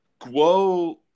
Guo